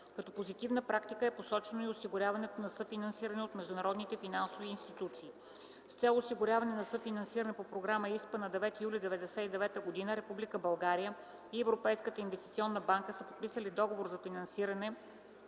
Като позитивна практика е посочено и осигуряване на съфинансиране от международните финансови институции. С цел осигуряване на съфинансиране по програма ИСПА на 9 юли 1999 г. Република България и Европейската инвестиционна банка са подписали Договор за финансиране